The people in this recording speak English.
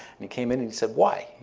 and he came in and he said, why?